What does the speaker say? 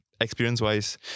experience-wise